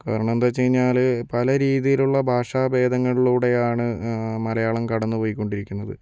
കാരണം എന്താന്നുവെച്ച് കഴിഞ്ഞാല് പല രീതിയിലുള്ള ഭാഷാഭേദങ്ങൾലൂടെയാണ് മലയാളം കടന്ന് പൊയ്ക്കോണ്ടിരിക്കുന്നത്